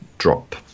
Drop